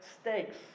stakes